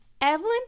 Evelyn